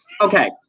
Okay